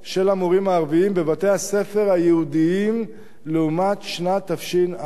המורים הערבים בבתי-הספר היהודיים לעומת שנת תש"ע.